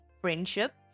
friendship